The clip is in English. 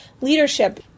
leadership